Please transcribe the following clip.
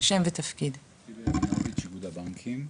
שמי טיבי רבינוביץ' מאיגוד הבנקים.